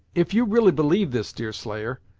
if you really believe this, deerslayer,